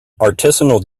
artisanal